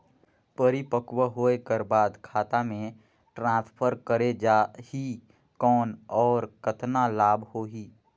परिपक्व होय कर बाद खाता मे ट्रांसफर करे जा ही कौन और कतना लाभ होही?